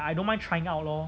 I don't mind trying out lor